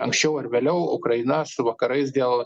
anksčiau ar vėliau ukraina su vakarais dėl